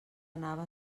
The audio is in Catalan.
anava